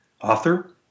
author